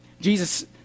Jesus